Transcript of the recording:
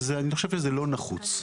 ואני חושב שזה לא נחוץ.